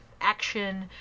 action